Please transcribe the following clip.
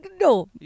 No